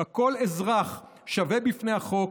שבה כל אזרח שווה בפני החוק,